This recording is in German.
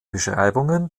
beschreibungen